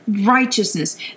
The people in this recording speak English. righteousness